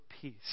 peace